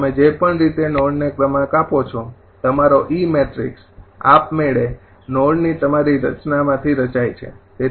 તમે જે પણ રીતે નોડને ક્રમાંક આપો છો તમારો ઇ મેટ્રિક્સ આપમેળે નોડની તમારી રચનામાંથી રચાય છે